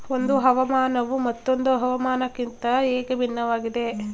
ಒಂದು ಹವಾಮಾನವು ಮತ್ತೊಂದು ಹವಾಮಾನಕಿಂತ ಹೇಗೆ ಭಿನ್ನವಾಗಿದೆ?